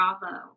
Bravo